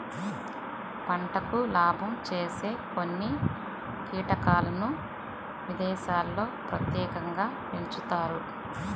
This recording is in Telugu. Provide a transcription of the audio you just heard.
పంటకు లాభం చేసే కొన్ని కీటకాలను విదేశాల్లో ప్రత్యేకంగా పెంచుతారు